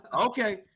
Okay